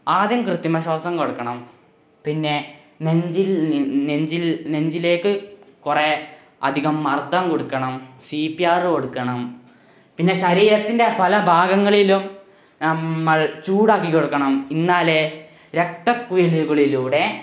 ആദ്യം കൃത്രിമ ശ്വാസം കൊടുക്കണം പിന്നെ നെഞ്ചിലേക്ക് കുറേ അധികം മര്ദം കൊടുക്കണം സി പി ആര് കൊടുക്കണം പിന്നെ ശരീരത്തിന്റെ പല ഭാഗങ്ങളിലും നമ്മള് ചൂടാക്കി കൊടുക്കണം എന്നാലേ രക്തക്കുഴലുകളിലൂടെ